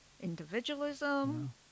individualism